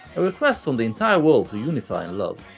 a request from the entire world to unify in love.